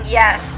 yes